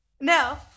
No